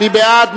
מי בעד?